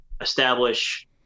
establish